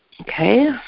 okay